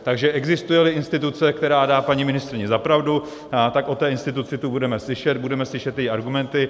Takže existujeli instituce, která dá paní ministryni za pravdu, tak o té instituci tu budeme slyšet, budeme slyšet její argumenty.